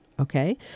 Okay